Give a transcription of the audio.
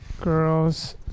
Girls